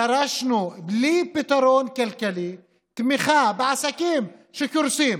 דרשנו: בלי פתרון כלכלי, תמיכה בעסקים שקורסים,